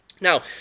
Now